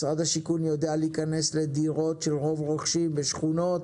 משרד השיכון יודע להיכנס לדירות שרוב רוכשים בשכונות